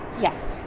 yes